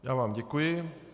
Já vám děkuji.